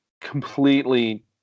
completely